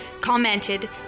commented